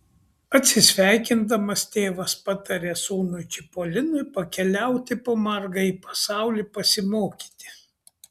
atsisveikindamas tėvas pataria sūnui čipolinui pakeliauti po margąjį pasaulį pasimokyti